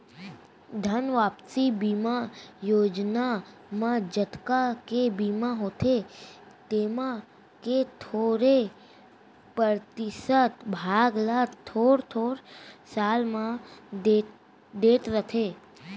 धन वापसी बीमा योजना म जतका के बीमा होथे तेमा के थोरे परतिसत भाग ल थोर थोर साल म देत रथें